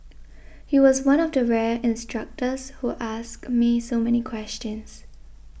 he was one of the rare instructors who asked me so many questions